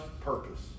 purpose